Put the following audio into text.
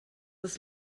das